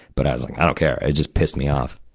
but i was like, i don't care. it just pissed me off.